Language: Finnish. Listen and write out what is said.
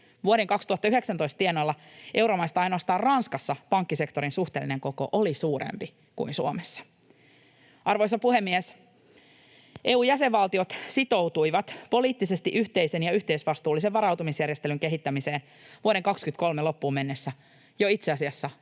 Vuoden 2019 tienoilla euromaista ainoastaan Ranskassa pankkisektorin suhteellinen koko oli suurempi kuin Suomessa. Arvoisa puhemies! EU-jäsenvaltiot sitoutuivat poliittisesti yhteisen ja yhteisvastuullisen varautumisjärjestelyn kehittämiseen vuoden 23 loppuun mennessä jo itse asiassa